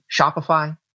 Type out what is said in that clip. Shopify